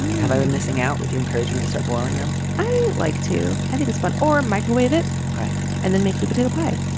have i been missing out. would you encourage me to start boiling them. i like to think it's fun. or a microwave it ok and then makes me potato pie.